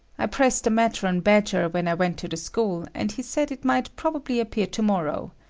i pressed the matter on badger when i went to the school, and he said it might probably appear tomorrow.